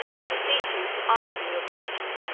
i beseech you, from answering your question.